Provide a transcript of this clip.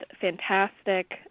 fantastic